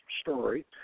story